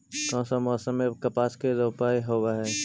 कोन सा मोसम मे कपास के रोपाई होबहय?